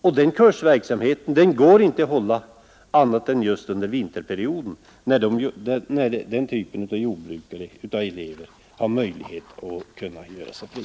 och den kursverksamheten går inte att ha annat än just under vinterperioden, när den typen av elever har möjlighet att göra sig fri.